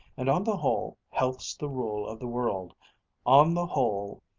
and on the whole health's the rule of the world on the whole,